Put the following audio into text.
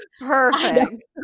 perfect